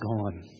gone